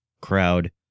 crowd